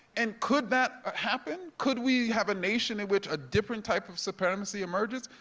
and could that happen? could we have a nation in which a different type of supremacy emerges?